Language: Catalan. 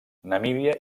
namíbia